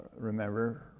remember